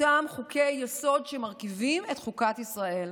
אותם חוקי-יסוד שמרכיבים את חוקת ישראל,